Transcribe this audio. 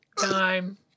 Time